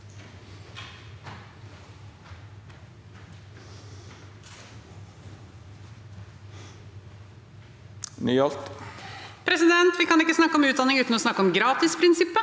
Vi kan ikke snakke om utdanning uten å snakke om gratisprinsippet.